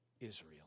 Israel